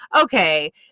okay